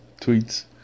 tweets